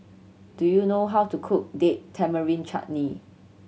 do you know how to cook Date Tamarind Chutney